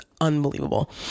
unbelievable